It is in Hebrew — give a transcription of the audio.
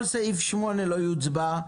כל סעיף 8 לא יוצבע.